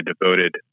devoted